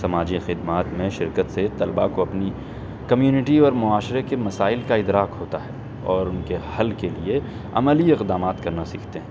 سماجی خدمات میں شرکت سے طلبہ کو اپنی کمیونٹی اور معاشرے کے مسائل کا ادراک ہوتا ہے اور ان کے حل کے لیے عملی اقدامات کرنا سیکھتے ہیں